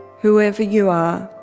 whoever you are,